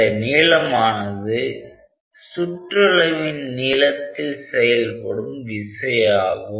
அந்த நீளமானது சுற்றளவின் நீளத்தில் செயல்படும் விசை ஆகும்